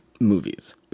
movies